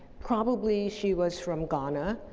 probably she was from ghana,